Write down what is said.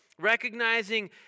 recognizing